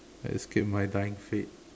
I escape my dying fate